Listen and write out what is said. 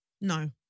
No